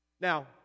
Now